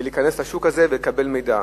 להיכנס לשוק הזה ולקבל מידע.